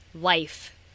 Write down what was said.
life